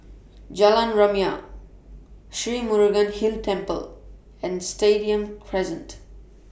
Jalan Rumia Sri Murugan Hill Temple and Stadium Crescent